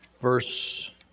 verse